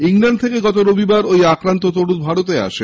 England থেকে গত রবিবার ওই আক্রান্ত তরুণ ভারতে আসে